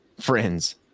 friends